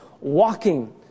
walking